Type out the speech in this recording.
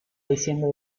diciendo